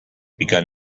begun